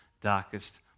darkest